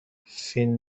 فین